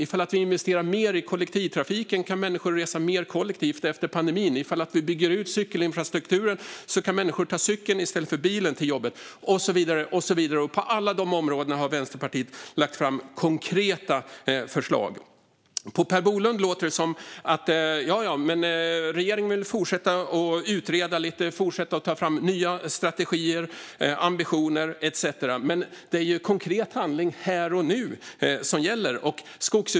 Ifall vi investerar mer i kollektivtrafiken kan människor resa mer kollektivt efter pandemin. Ifall vi bygger ut cykelinfrastrukturen kan människor ta cykeln i stället för bilen till jobbet och så vidare. På alla dessa områden har Vänsterpartiet lagt fram konkreta förslag. På Per Bolund låter det som att regeringen vill fortsätta att utreda och fortsätta att ta fram nya strategier, ambitioner etcetera. Men det är konkret handling här och nu som gäller.